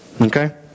Okay